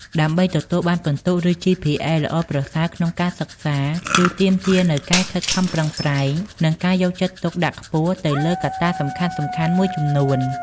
ដើម្បីទទួលបានពិន្ទុ ឬ ជីភីអេ ល្អប្រសើរក្នុងការសិក្សា គឺទាមទារនូវការខិតខំប្រឹងប្រែង និងការយកចិត្តទុកដាក់ខ្ពស់ទៅលើកត្តាសំខាន់ៗមួយចំនួន។